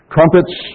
Trumpets